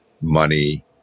money